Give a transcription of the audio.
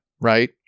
Right